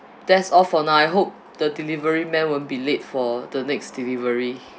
that's all for now I hope the delivery man won't be late for the next delivery